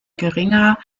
geringer